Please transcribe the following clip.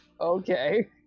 Okay